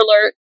alert